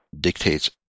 dictates